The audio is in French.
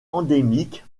endémique